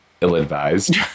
Ill-advised